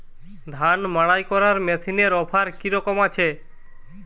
ধান মাড়াই করার মেশিনের অফার কী রকম আছে?